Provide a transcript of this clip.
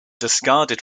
discarded